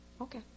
Okay